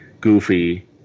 goofy